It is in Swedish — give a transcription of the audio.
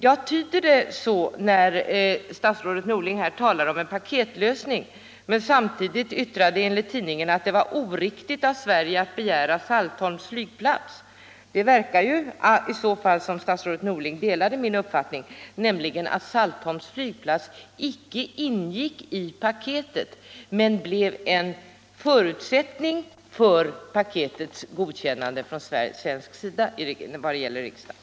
Jag tycker det verkar så, eftersom statsrådet Norling talat om en paketlösning men samtidigt yttrat att det var oriktigt av Sverige att begära Saltholms flygplats. Det verkar i så fall också som om statsrådet Norling delade min uppfattning, att Saltholms flygplats icke ursprungligen ingick i paketet men blev en förutsättning för paketets godkännande av den svenska riksdagen.